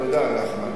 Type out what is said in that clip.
תודה, נחמן.